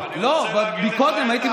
אז יושבים עכשיו